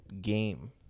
game